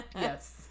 Yes